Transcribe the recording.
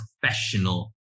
professional